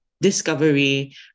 discovery